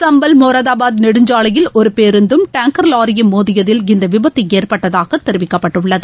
சம்பல் மோரதாபாத் நெடுஞ்சாலையில் ஒரு பேருந்தம் டேங்கர் லாரியும் மோதியதில் இந்த விபத்து ஏற்பட்டதாக தெரிவிக்கப்பட்டுள்ளது